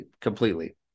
completely